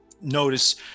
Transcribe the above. notice